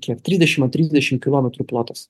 kiek trisdešim ant trisdešim kilometrų plotas